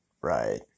right